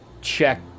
check